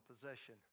possession